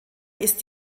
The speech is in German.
ist